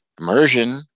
Immersion